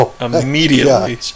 immediately